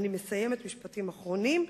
אני מסיימת, משפטים אחרונים.